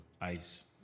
Ice